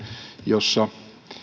jossa